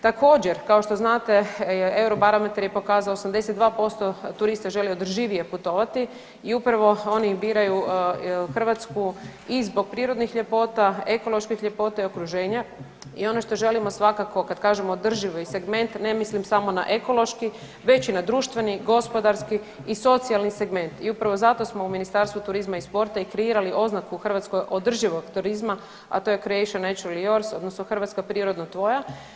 Također, kao što znate Eurobarometar je pokazao 82% turista želi održivije putovati i upravo oni biraju Hrvatsku i zbog prirodnih ljepota, ekoloških ljepota i okruženja i ono što želimo svakako kad kažemo održivi segment ne mislim samo na ekološki već i na društveni, gospodarski i socijalni segment i upravo zato smo u Ministarstvu turizma i sporta i kreirali oznaku Hrvatskoj održivog turizma, a to je … [[Govornik se ne razumije]] odnosno Hrvatska prirodno tvoja.